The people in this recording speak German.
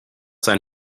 sein